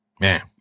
man